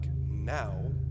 now